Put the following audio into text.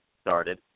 started